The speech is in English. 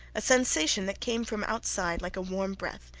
a sensation that came from outside like a warm breath,